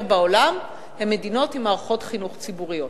בעולם הן מדינות עם מערכות חינוך ציבוריות.